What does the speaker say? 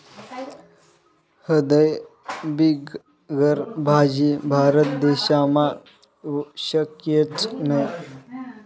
हयद बिगर भाजी? भारत देशमा शक्यच नही